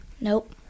Nope